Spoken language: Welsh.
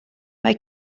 mae